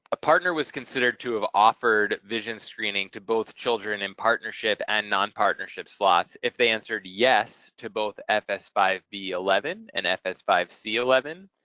a partner was considered to have offered vision screening to both children in partnership and non-partnership slots if they answered yes to both f s five b eleven and f s five c eleven.